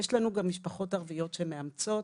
יש לנו גם משפחות ערביות שמאמצות.